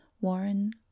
warren